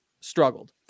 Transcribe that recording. struggled